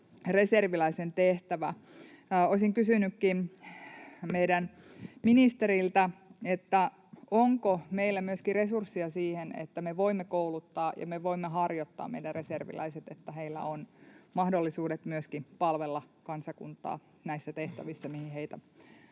reserviläisen tehtävä. Olisin kysynytkin meidän ministeriltämme: onko meillä myöskin resursseja siihen, että me voimme kouluttaa ja me voimme harjoittaa meidän reserviläiset, niin että heillä on mahdollisuudet myöskin palvella kansakuntaa näissä tehtävissä, mihin heitä